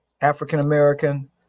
African-American